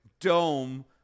dome